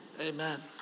Amen